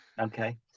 okay